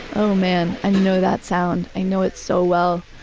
oh man, i know that sound. i know it so well.